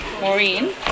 Maureen